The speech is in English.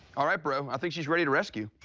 all right, bro, i think she's ready to rescue.